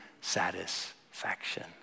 satisfaction